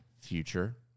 future